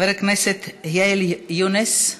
חבר הכנסת ואאל יונס,